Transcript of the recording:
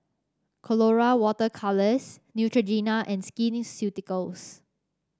Colora Water Colours Neutrogena and Skin Ceuticals